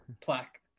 plaque